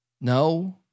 No